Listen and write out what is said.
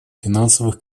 финансовых